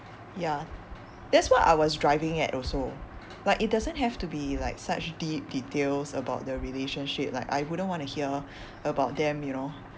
ya that's what I was driving at also like it doesn't have to be like such deep details about the relationship like I wouldn't want to hear about them you know